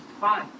fine